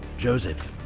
joseph.